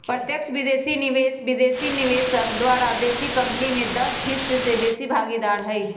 प्रत्यक्ष विदेशी निवेश विदेशी निवेशक द्वारा देशी कंपनी में दस हिस्स से बेशी भागीदार हइ